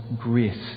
grace